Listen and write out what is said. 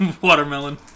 Watermelon